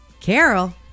Carol